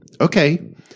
Okay